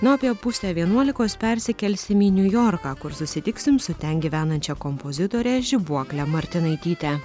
na o apie pusę vienuolikos persikelsim į niujorką kur susitiksim su ten gyvenančia kompozitore žibuokle martinaityte